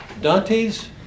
Dante's